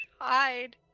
hide